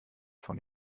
von